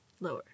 Lower